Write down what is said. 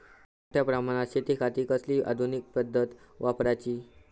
मोठ्या प्रमानात शेतिखाती कसली आधूनिक पद्धत वापराची?